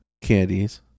candies